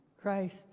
Christ